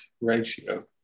ratio